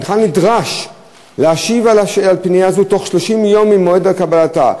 הנך נדרש להשיב על פנייה זו תוך 30 יום ממועד קבלתה.